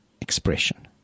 expression